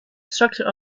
structure